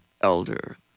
elder